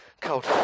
Cold